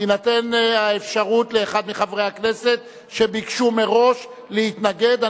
תינתן האפשרות לאחד מחברי הכנסת שביקשו מראש להתנגד.